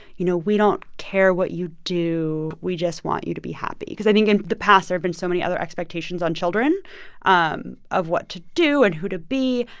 you know, we don't care what you do. we just want you to be happy because i think in the past, there have been so many other expectations on children um of what to do and who to be.